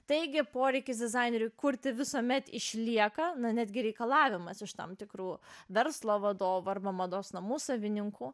taigi poreikis dizaineriui kurti visuomet išlieka netgi reikalavimas iš tam tikrų verslo vadovų arba mados namų savininkų